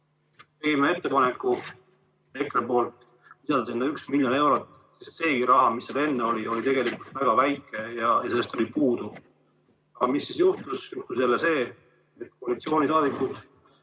Tegime ettepaneku EKRE poolt lisada sinna 1 miljon eurot, sest seegi raha, mis seal enne oli, oli tegelikult väga väike, sellest jäi puudu. Aga mis juhtus? Juhtus jälle see, et koalitsioonisaadikud